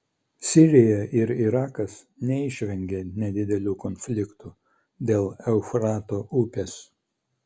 sirija ir irakas neišvengė nedidelių konfliktų dėl eufrato upės